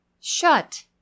shut